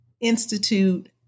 institute